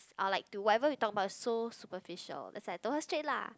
are like to whatever we talk about is so superficial as in I told her straight lah